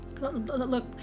Look